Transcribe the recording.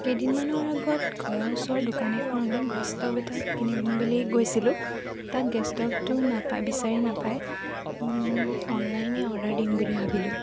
কেইদিনমানৰ আগত ঘৰৰ ওচৰৰ দোকান এখনলে গেছ ষ্টোভ এটা কিনিব বুলি গৈছিলোঁ তাত গেছ ষ্টোভটো নাপাই বিচাৰি নাপাই অনলাইনেই অৰ্ডাৰ দিম বুলি ভাবিলোঁ